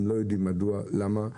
הם לא יודעים מדוע ולמה.